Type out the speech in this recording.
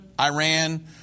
Iran